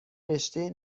رشتهء